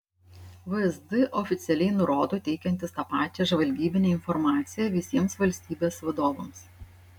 vsd oficialiai nurodo teikiantis tą pačią žvalgybinę informaciją visiems valstybės vadovams